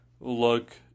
look